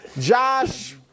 Josh –